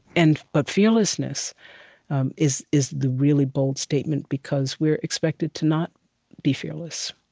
and but fearlessness um is is the really bold statement, because we are expected to not be fearless.